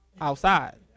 outside